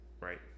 right